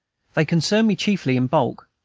they concern me chiefly in bulk,